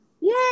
Yay